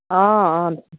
অ' অ'